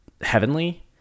heavenly